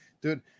Dude